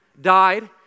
died